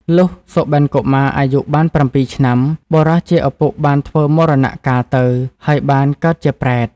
លុះ សុបិនកុមារអាយុ បាន៧ ឆ្នាំ បុរសជាឪពុកបានធ្វើមរណកាលទៅ ហើយបានកើតជាប្រេត។